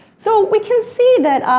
so, we can see that,